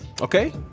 Okay